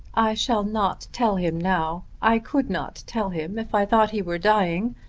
shall not tell him now. i could not tell him if i thought he were dying.